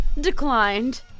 declined